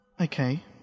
Okay